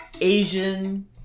Asian